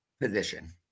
position